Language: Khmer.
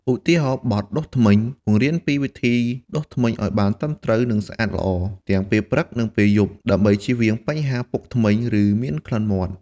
ឧទាហរណ៍បទ "ដុសធ្មេញ" បង្រៀនពីវិធីដុសធ្មេញឲ្យបានត្រឹមត្រូវនិងស្អាតល្អ ទាំងពេលព្រឹក និងពេលយប់ ដើម្បីជៀសវាងបញ្ហាពុកធ្មេញ ឬមានក្លិនមាត់។